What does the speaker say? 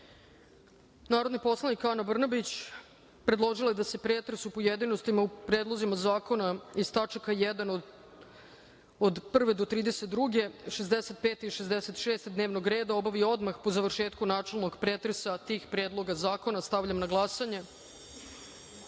predlog. Narodni poslanik Ana Brnabić predložila je da se pretres u pojedinostima o predlozima zakona iz tačaka od 1. do 32, 65. i 66. dnevnog reda obavi odmah po završetku načelnog pretresa tih predloga zakona. Stavljam na